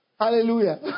Hallelujah